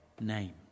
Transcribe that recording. name